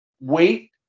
wait